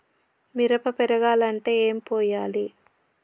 మిరప పెరగాలంటే ఏం పోయాలి?